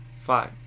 five